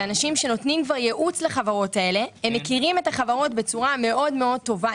הם מכירים את החברות בצורה מאוד טובה.